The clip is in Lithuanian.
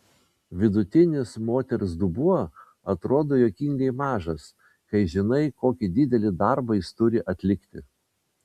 vidutinis moters dubuo atrodo juokingai mažas kai žinai kokį didelį darbą jis turi atlikti